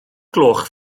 gloch